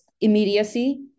immediacy